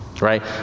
right